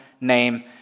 name